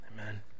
Amen